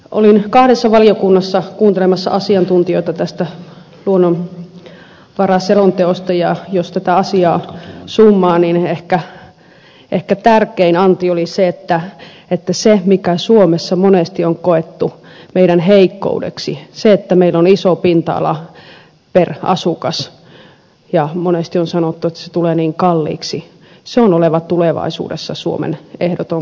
olin kahdessa valiokunnassa kuuntelemassa asiantuntijoita tästä luonnonvaraselonteosta ja jos tätä asiaa summaa niin ehkä tärkein anti oli se että se mikä suomessa monesti on koettu meidän heikkoudeksi se että meillä on iso pinta ala per asukas ja monesti on sanottu että se tulee niin kalliiksi on oleva tulevaisuudessa suomen ehdoton vahvuus